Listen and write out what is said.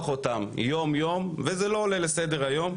אותם יומיום וזה לא עולה לסדר היום,